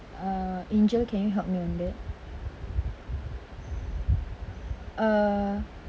uh angel can you help me on it uh